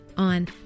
on